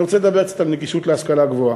אני רוצה לדבר קצת על נגישות ההשכלה גבוהה.